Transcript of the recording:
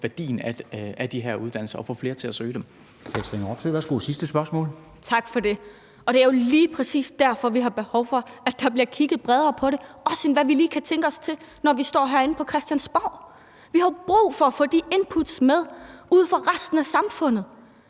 Værsgo. Kl. 13:40 Katrine Robsøe (RV): Tak for det. Og det er jo lige præcis derfor, vi har behov for, at der bliver kigget bredere på det, også end hvad vi lige kan tænke os til, når vi står herinde på Christiansborg. Vi har jo brug for at få de inputs ude fra resten af samfundet